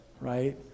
right